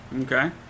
Okay